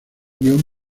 guion